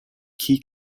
key